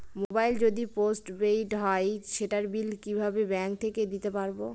Mobile যদি post paid হয় সেটার বিল কিভাবে ব্যাংক থেকে দিতে পারব?